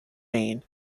maine